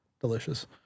delicious